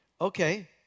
okay